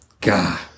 God